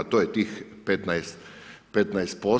To je tih 15%